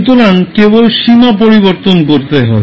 সুতরাং কেবল সীমা পরিবর্তন করতে হবে